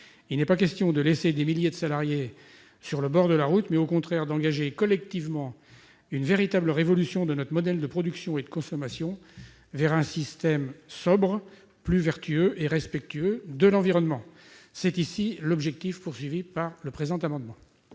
Il n'est pas question de laisser des milliers de salariés sur le bord de la route, mais au contraire d'engager collectivement une véritable révolution de notre modèle de production et de consommation vers un système sobre, plus vertueux et respectueux de l'environnement. C'est l'objet du présent amendement.